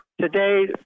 today